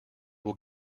will